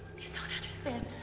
you don't understand.